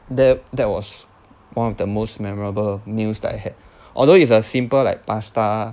that that was one of the most memorable meals that I had although it's a simple like pasta